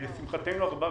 לשמחתנו הרבה,